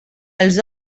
els